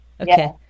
Okay